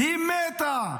היא מתה,